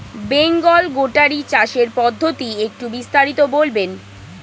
Bengal goatery চাষের পদ্ধতি একটু বিস্তারিত বলবেন?